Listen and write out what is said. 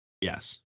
Yes